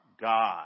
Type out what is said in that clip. God